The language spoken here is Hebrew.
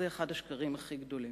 זה אחד השקרים הכי גדולים.